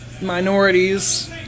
minorities